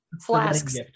flasks